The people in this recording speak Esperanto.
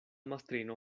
mastrino